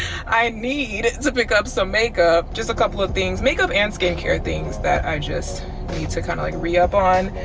i need to pick up some makeup, just a couple of things, makeup and skincare things that i just need to kind of like re up on,